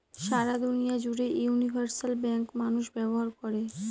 সারা দুনিয়া জুড়ে universal bank মানুষ ব্যবহার করে